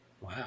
Wow